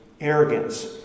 arrogance